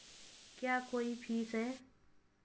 क्या कोई फीस है?